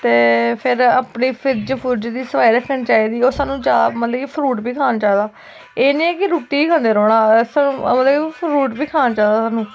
ते फिर अपने फ्रिज फ्रुज्ज दी सफाई रक्खनी चाहिदी होर सानू ज्यादा मतलब कि फ्रूट बी खाना चाहिदा एह् नी ऐ कि रुट्टी गै खंदे रौह्ना फ्रूट बी खाना चाहिदा सानू